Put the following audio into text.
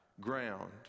ground